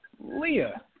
Leah